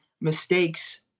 mistakes